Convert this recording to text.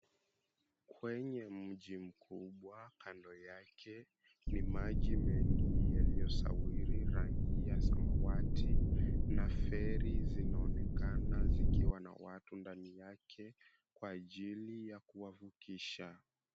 Kwenye mji mkubwa, kando yake ni maji mengi yaliyosawiri rangi ya samawati, na feri zinaonekana zikiwa na watu ndani yake kwa ajili ya kuwavukisha.